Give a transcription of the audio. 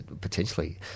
potentially